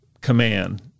command